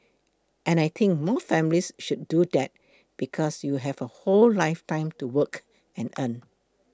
and I think more families should do that because you have a whole lifetime to work and earn